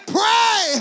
pray